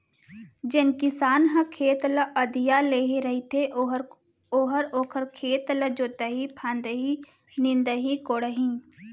जेन किसान ह खेत ल अधिया लेहे रथे ओहर ओखर खेत ल जोतही फांदही, निंदही कोड़ही